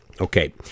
Okay